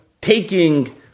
taking